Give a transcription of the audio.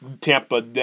Tampa